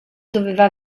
doveva